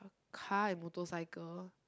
car and motorcycle